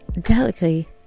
delicately